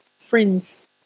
Friends